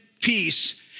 peace